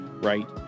Right